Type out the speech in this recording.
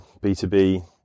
B2B